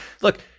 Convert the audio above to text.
Look